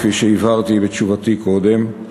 כפי שהבהרתי בתשובתי קודם.